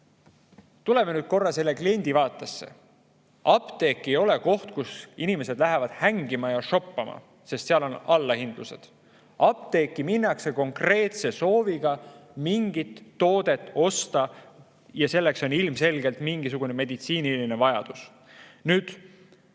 Tuleme korra kliendi vaatesse. Apteek ei ole koht, kuhu inimesed lähevad hängima ja šoppama, sest seal on allahindlused. Apteeki minnakse konkreetse sooviga mingit toodet osta ja selleks on ilmselgelt mingisugune meditsiiniline vajadus. Nüüd,